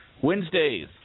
Wednesdays